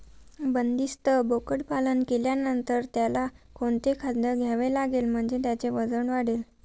बंदिस्त बोकडपालन केल्यानंतर त्याला कोणते खाद्य द्यावे लागेल म्हणजे त्याचे वजन वाढेल?